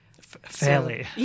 Fairly